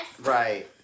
Right